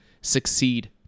succeed